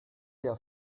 der